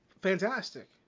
fantastic